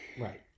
Right